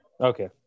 Okay